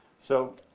so